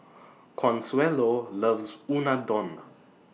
Consuelo loves Unadon